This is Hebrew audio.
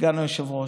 סגן היושב-ראש?